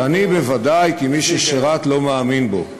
שאני בוודאי, כמי ששירת, לא מאמין בו.